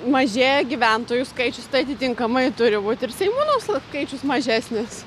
mažėja gyventojų skaičius tai atitinkamai turi būt ir seimūnam skaičius mažesnis